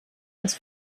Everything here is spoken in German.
das